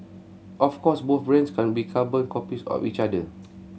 of course both brands can't be carbon copies of each other